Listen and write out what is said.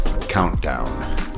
countdown